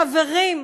חברים,